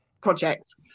projects